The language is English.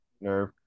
nerve